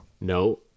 No